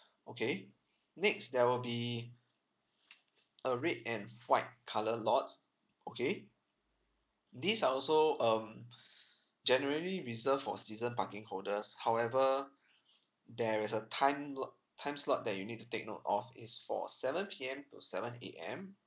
okay next there will be a red and white colour lots okay these are also um generally reserved for season parking holders however there is a time lot time slot that you need to take note of is for seven P_M to seven A_M